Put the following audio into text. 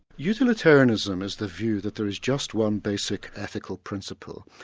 utilitarianism is the view that there is just one basic ethical principle,